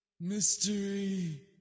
Mystery